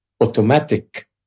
automatic